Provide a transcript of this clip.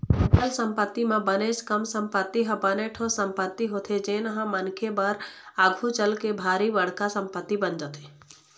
अचल संपत्ति म बनेच कन संपत्ति ह बने ठोस संपत्ति होथे जेनहा मनखे बर आघु चलके भारी बड़का संपत्ति बन जाथे